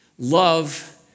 love